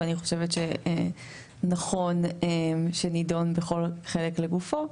ואני חושבת שנכון שנידון בכל חלק לגופו.